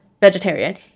vegetarian